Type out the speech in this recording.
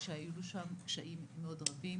כי היו שם קשיים מאוד רבים.